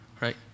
right